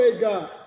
God